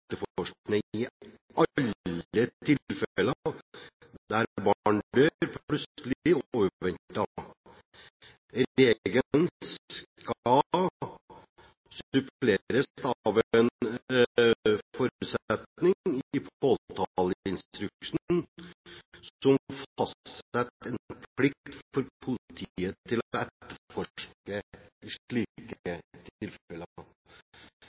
i alle tilfeller der barn dør plutselig og uventet. Regelen skal suppleres av en forutsetning i påtaleinstruksen som fastsetter en plikt for politiet til å